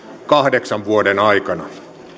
kahdeksan vuoden aikana